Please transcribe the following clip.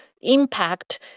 impact